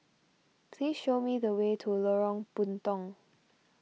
please show me the way to Lorong Puntong